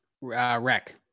Wreck